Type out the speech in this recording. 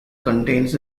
contains